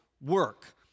work